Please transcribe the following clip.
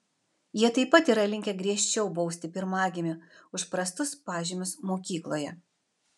jie taip pat yra linkę griežčiau bausti pirmagimį už prastus pažymius mokykloje